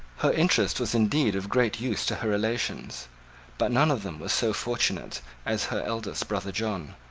her interest was indeed of great use to her relations but none of them was so fortunate as her eldest brother john,